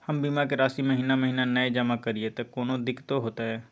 हम बीमा के राशि महीना महीना नय जमा करिए त कोनो दिक्कतों होतय?